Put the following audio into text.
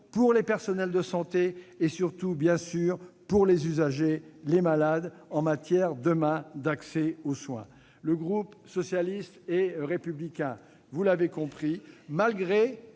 pour les personnels de santé et, surtout, pour les usagers, les malades, en matière d'accès aux soins. Le groupe socialiste et républicain, malgré